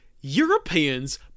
Europeans